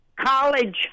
college